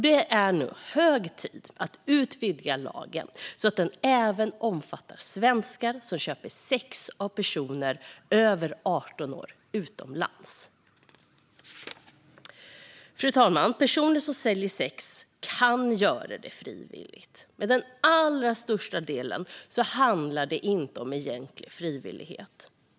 Det är nu hög tid att utvidga lagen så att den även omfattar svenskar som köper sex utomlands av personer som är över 18 år. Fru talman! Personer som säljer sex kan göra det frivilligt, men för den allra största delen handlar det inte om egentlig frivillighet.